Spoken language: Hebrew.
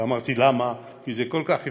לא אמרתי למה, כי זה כל כך הפתיע,